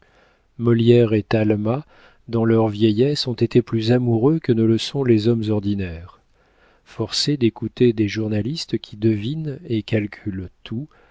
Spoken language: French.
molière et talma dans leur vieillesse ont été plus amoureux que ne le sont les hommes ordinaires forcée d'écouter des journalistes qui devinent et calculent tout